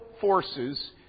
forces